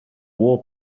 war